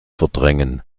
verdrängen